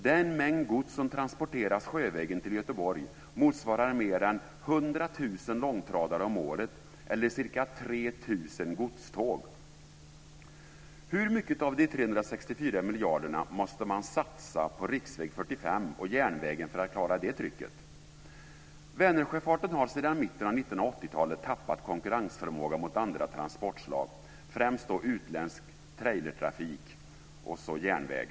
Den mängd gods som transporteras sjövägen till Göteborg motsvarar mer än Hur mycket av de 364 miljarderna måste man satsa på riksväg 45 och järnvägen för att klara det trycket? Vänersjöfarten har sedan mitten av 1980-talet tappat konkurrensförmåga mot andra transportslag, främst utländsk trailertrafik och järnväg.